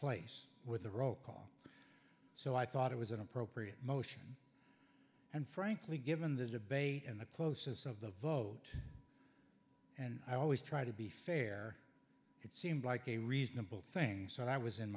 place with the roll call so i thought it was an appropriate motion and frankly given the debate and the closeness of the vote and i always try to be fair it seemed like a reasonable thing so i was in